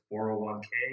401k